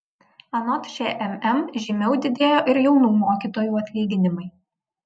anot šmm žymiau didėjo ir jaunų mokytojų atlyginimai